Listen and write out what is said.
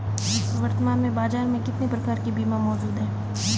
वर्तमान में बाज़ार में कितने प्रकार के बीमा मौजूद हैं?